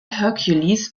hercules